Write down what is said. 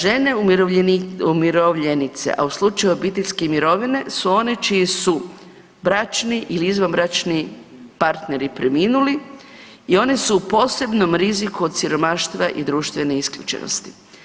Žene umirovljenice, a u slučaju obiteljske mirovine su one čiji su bračni ili izvanbračni partneri preminuli i one su u posebnom riziku od siromaštva i društvene isključenosti.